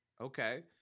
Okay